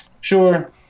Sure